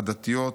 עדתיות,